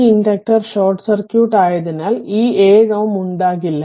ഈ inductor short circuit ആയതിനാൽ ഈ 7Ω ഉണ്ടാകില്ല